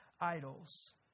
idols